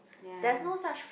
ya